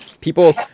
people